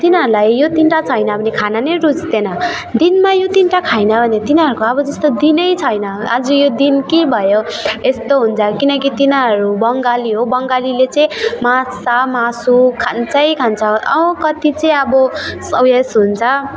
तिनीहरूलाई यो टिनवटा छैन भने खाना नै रुच्दैन दिनमा यो टिनवटा खाएन भने तिनीहरूको अब जस्तो दिनै छैन आज यो दिन के भयो यस्तो हुन्छ किनकि तिनीहरू बङ्गाली हो बङ्गालीले चाहिँ माछा मासु खान्छै खान्छ कति चाहिँ अब स उयस हुन्छ